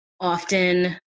often